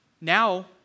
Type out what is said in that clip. Now